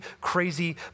crazy